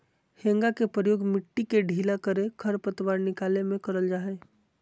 हेंगा के प्रयोग मिट्टी के ढीला करे, खरपतवार निकाले में करल जा हइ